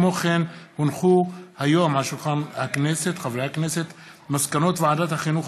כמו כן הונחו היום על שולחן הכנסת מסקנות ועדת החינוך,